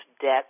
debt